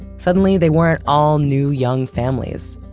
suddenly they weren't all new young families.